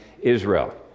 Israel